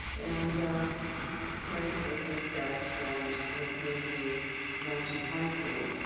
and crake is his best friend. with him, he went to high school.